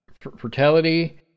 fertility